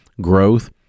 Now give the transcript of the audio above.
Growth